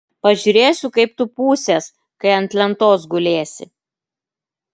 pažiūrėsiu kaip tu pūsies kai ant lentos gulėsi